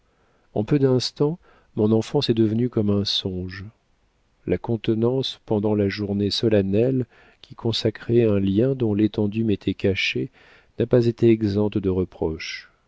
en peu d'instants mon enfance est devenue comme un songe ma contenance pendant la journée solennelle qui consacrait un lien dont l'étendue m'était cachée n'a pas été exempte de reproches